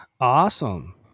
Awesome